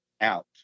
out